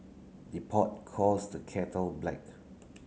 the pot calls the kettle black